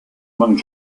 among